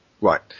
right